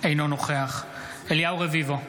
אינו נוכח אליהו רביבו,